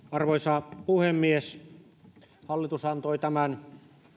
arvoisa puhemies hallitus antoi tämän